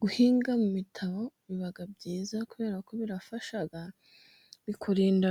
Guhinga mu mitabo biba byiza kubera ko birafasha, bikurinda